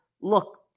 look